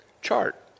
chart